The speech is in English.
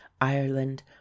ireland